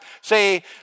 say